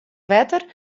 wetter